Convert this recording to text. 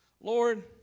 Lord